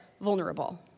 vulnerable